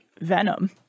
Venom